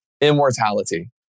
immortality